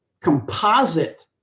composite